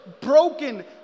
broken